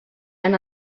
han